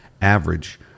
average